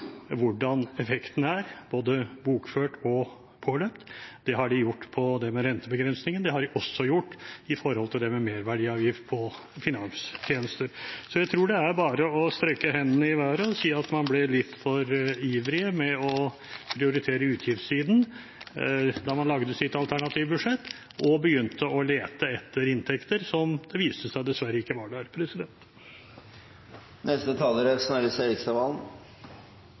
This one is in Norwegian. hvordan effekten er både bokført og påløpt. Det har de gjort når det gjelder rentebegrensningen. Det har de også gjort når det gjelder merverdiavgift på finanstjenester. Så jeg tror det bare er å strekke hendene i været og si at man ble litt for ivrig med å prioritere utgiftssiden da man lagde sitt alternative budsjett og begynte å lete etter inntekter som det viste seg at dessverre ikke var der. Jeg skal bare kort kommentere utfordringen til samferdselsministeren. Jeg er